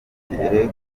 kirehe